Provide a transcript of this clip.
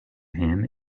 him